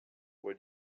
what